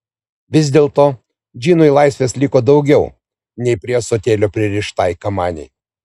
vis dėlto džinui laisvės liko daugiau nei prie ąsotėlio pririštai kamanei